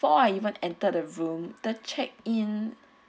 before I even entered the room the check in